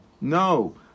No